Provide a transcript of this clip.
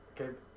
Okay